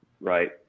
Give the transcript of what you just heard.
right